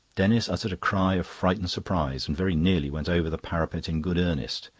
denis uttered a cry of frightened surprise, and very nearly went over the parapet in good earnest.